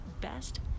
best